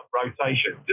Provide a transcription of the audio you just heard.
rotation